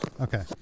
Okay